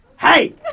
hey